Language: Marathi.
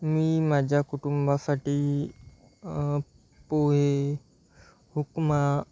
मी माझ्या कुटुंबासाठी पोहे उपमा